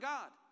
God